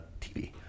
TV